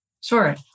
Sure